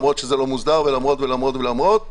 למרות שזה לא מוסדר ולמרות ולמרות ולמרות.